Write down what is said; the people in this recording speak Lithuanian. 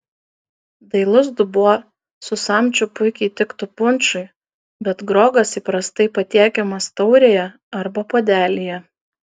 dailus dubuo su samčiu puikiai tiktų punšui bet grogas įprastai patiekiamas taurėje arba puodelyje